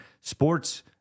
sports